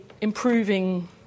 improving